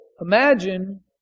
imagine